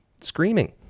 Screaming